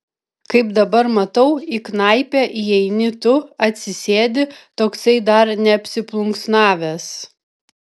kaip dabar matau į knaipę įeini tu atsisėdi toksai dar neapsiplunksnavęs